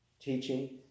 teaching